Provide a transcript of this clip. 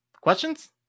questions